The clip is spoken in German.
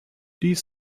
dies